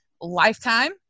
Lifetime